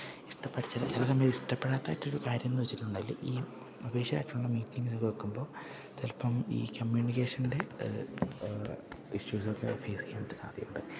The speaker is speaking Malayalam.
ഇഷ്ടപ്പെടാത്തായിട്ടൊരു കാര്യമെന്ന് വെച്ചിട്ടുണ്ടെങ്കില് ഈ ഒഫീഷ്യലായിട്ടുള്ള മീറ്റിങ്ങുകൾ വെയ്ക്കുമ്പോള് ചിലപ്പം ഈ കമ്മ്യൂണിക്കേഷൻ്റെ ഇഷ്യൂസൊക്കെ ഫേസ് ചെയ്യാനായിട്ട് സാധ്യതയുണ്ട്